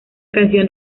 canción